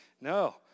No